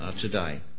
today